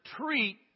treat